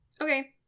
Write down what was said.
Okay